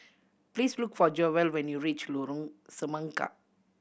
please look for Joel when you reach Lorong Semangka